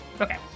Okay